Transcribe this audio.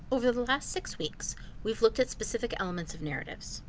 over the last six weeks we've looked at specific elements of narratives,